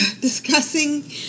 discussing